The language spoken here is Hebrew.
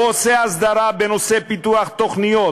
הוא עושה הסדרה בנושא פיתוח תוכניות,